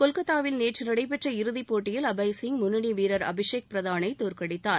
கொல்கத்தாவில் நேற்று நடைபெற்ற இறுதிப்போட்டியில் அபய் சிங் முன்னணி வீரர் அபிஷேக் பிரதானை தோற்கடித்தார்